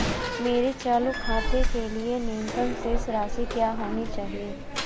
मेरे चालू खाते के लिए न्यूनतम शेष राशि क्या होनी चाहिए?